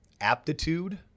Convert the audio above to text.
aptitude